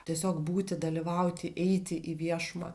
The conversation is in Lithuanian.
tiesiog būti dalyvauti eiti į viešumą